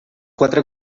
quatre